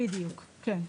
בדיוק, כן.